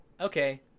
okay